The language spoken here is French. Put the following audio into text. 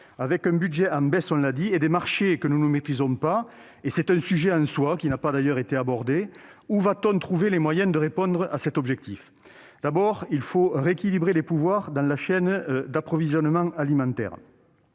Avec un budget en baisse et des marchés que nous ne maîtrisons pas- il s'agit d'un sujet que nous n'avons pas abordé -, où va-t-on trouver les moyens de répondre à cet objectif ? Tout d'abord, il faut rééquilibrer les pouvoirs dans la chaîne d'approvisionnement alimentaire.